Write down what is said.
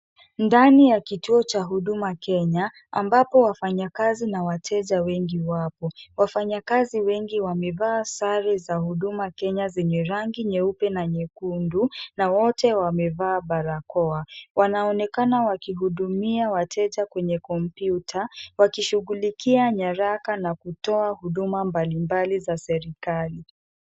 Ndani ya kituo cha huduma Kenya, ambapo wafanyakazi na wateja wengi wapo. Wafanyakazi wengi wamevaa sare za huduma Kenya zenye rangi nyeupe na nyekundu na wote wamevaa barakoa. Wanaonekana wakihudumia wateja kwenye kompyuta, wakishughulikia nyaraka na kutoa huduma mbalimbali za serikali.